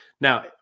now